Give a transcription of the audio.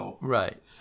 Right